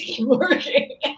working